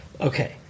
Okay